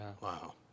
Wow